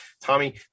Tommy